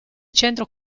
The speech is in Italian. centro